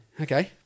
Okay